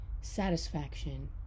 satisfaction